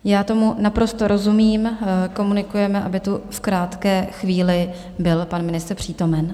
Já tomu naprosto rozumím, komunikujeme, aby tu v krátké chvíli byl pan ministr přítomen.